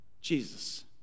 Jesus